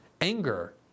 anger